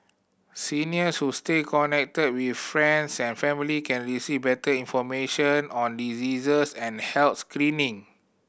seniors who stay connected with friends and family can receive better information on diseases and health screening